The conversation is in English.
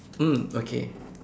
mm okay